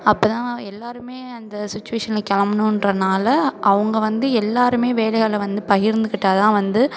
அப்போதான் எல்லோருமே அந்த சிச்சுவேஷனில் கெளம்பணுன்றதுனால அவங்க வந்து எல்லோருமே வேலைகளை வந்து பகிர்ந்துக்கிட்டால் தான் வந்து